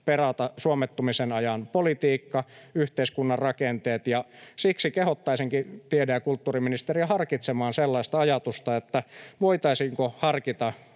perata suomettumisen ajan politiikka, yhteiskunnan rakenteet, ja siksi kehottaisinkin tiede- ja kulttuuriministeriä harkitsemaan sellaista ajatusta, voitaisiinko harkita